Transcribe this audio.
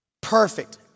perfect